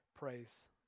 Praise